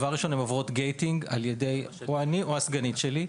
דבר ראשון הן עוברות גייטינג על ידי או על ידי הסגנית שלי.